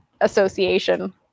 association